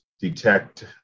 Detect